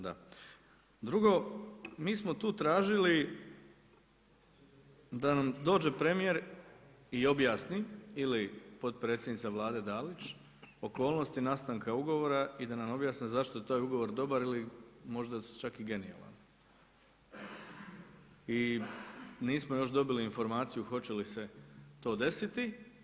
Drugo, mi smo tu tražili da nam dođe premijer i objasni ili potpredsjednica Vlade Dalić okolnosti nastanka ugovora i da nam objasni zašto je taj ugovor dobar ili možda čak i genijalan i nismo još dobili informaciju hoće li se to desiti.